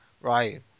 Right